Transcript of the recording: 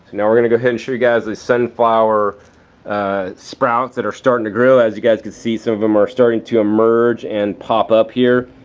now we're going to go ahead and show you guys the sunflower ah sprouts that are starting to grow. as you guys could see some of them are starting to emerge and pop up here.